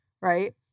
right